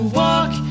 walk